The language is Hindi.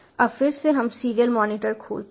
अब फिर से हम सीरियल मॉनिटर खोलते हैं